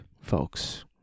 folks